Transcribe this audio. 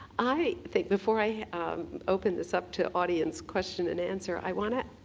i think before i open this up to audience question and answer, i wanna